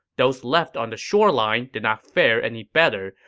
those left on the shoreline did not fare any better,